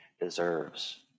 deserves